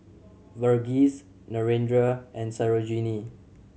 Verghese Narendra and Sarojini